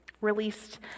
released